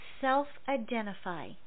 self-identify